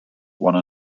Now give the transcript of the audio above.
one